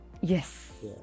yes